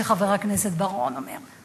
שחבר הכנסת בר-און אומר.